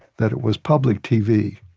that it was public tv.